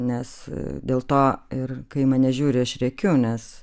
nes dėl to ir kai į mane žiūri aš rėkiu nes